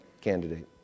candidate